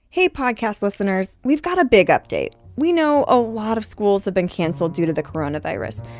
hey, podcast listeners. we've got a big update. we know a lot of schools have been canceled due to the coronavirus.